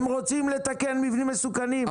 הם רוצים לתקן מבנים מסוכנים.